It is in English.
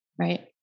right